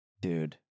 Dude